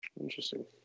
Interesting